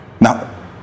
Now